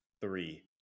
three